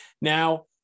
Now